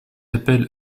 appel